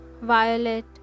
Violet